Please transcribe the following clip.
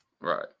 Right